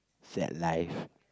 sad life